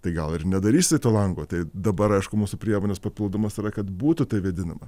tai gal ir nedarysi to lango tai dabar aišku mūsų priemonės papildomos yra kad būtų tai vėdinama